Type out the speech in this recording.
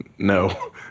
No